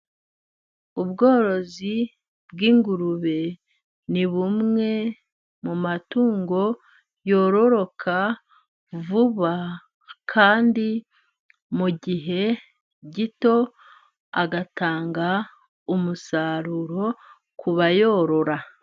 Ubworozi bw'ingurube ni bumwe mu matungo yororoka vuba kandi mu gihe gito, agatanga umusaruro kubayorora.